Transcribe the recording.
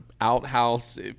outhouse